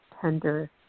tender